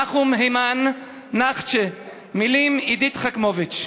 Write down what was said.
נחום היימן, נחצ'ה, מילים: עידית חכמוביץ: